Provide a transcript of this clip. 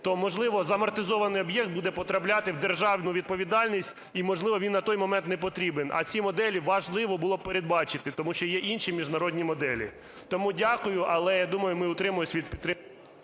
то, можливо, замартизований об'єкт буде потрапляти в державну відповідальність, і, можливо, він на той момент не потрібен. А ці моделі важливо було передбачити. Тому що є інші міжнародні моделі. Тому дякую. Але я думаю, ми утримаємося від підтримки…